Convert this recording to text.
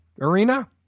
arena